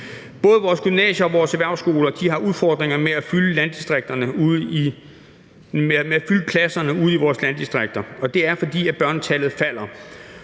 Både vores gymnasier og vores erhvervsskoler har udfordringer med at fylde klasserne ude i vores landdistrikter, og det er, fordi børnetallet falder.